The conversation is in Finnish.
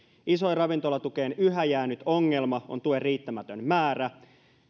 isoin ravintolatukeen yhä jäänyt ongelma on tuen riittämätön määrä